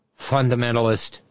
fundamentalist